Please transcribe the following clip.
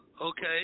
okay